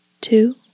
Two